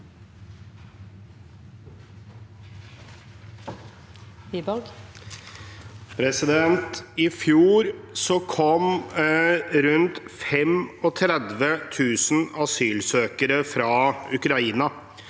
I fjor kom det rundt 35 000 asylsøkere fra Ukraina.